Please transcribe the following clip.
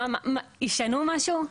ישנו משהו?